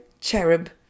Cherub